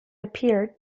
appeared